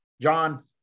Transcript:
John